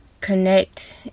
connect